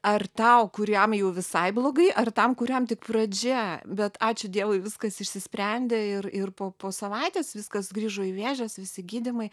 ar tau kuriam jau visai blogai ar tam kuriam tik pradžia bet ačiū dievui viskas išsisprendė ir ir po po savaitės viskas grįžo į vėžes visi gydymai